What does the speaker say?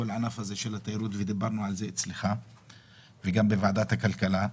כל הענף של התיירות ודיברנו על זה אצלך וגם בוועדת הכלכלה,